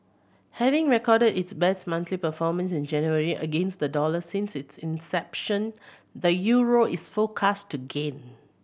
having recorded its best monthly performance in January against the dollar since its inception the euro is forecast to gain